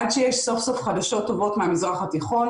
עד שיש סוף סוף חדשות טובות מהמזרח התיכון,